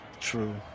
True